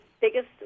biggest